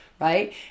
right